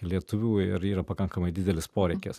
lietuvių ir yra pakankamai didelis poreikis